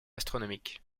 astronomiques